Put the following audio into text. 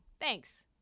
Thanks